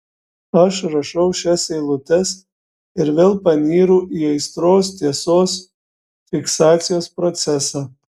aš rašau šias eilutes ir vėl panyru į aistros tiesos fiksacijos procesą